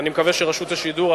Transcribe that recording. ואני מקווה שרשות השידור,